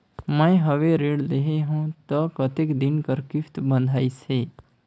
मैं हवे ऋण लेहे हों त कतेक दिन कर किस्त बंधाइस हे?